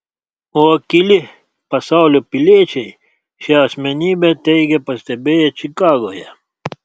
o akyli pasaulio piliečiai šią asmenybę teigia pastebėję čikagoje